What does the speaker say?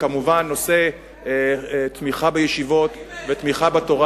ונושא התמיכה בישיבות והתמיכה בתורה,